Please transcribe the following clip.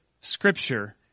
scripture